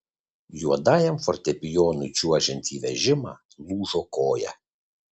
juodajam fortepijonui čiuožiant į vežimą lūžo koja